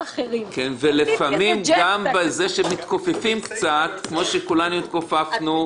לפעמים גם בזה שמתכופפים קצת אז מרוויחים.